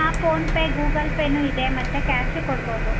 ಹಾಂ PhonePe Google ಪೇನೂ ಇದೆ ಮತ್ತು ಕ್ಯಾಶೂ ಕೊಡ್ಬೌದು